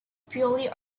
purely